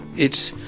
it's